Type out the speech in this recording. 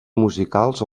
musicals